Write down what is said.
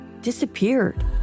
disappeared